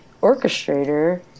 orchestrator